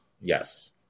Yes